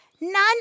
none